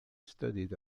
studied